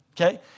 okay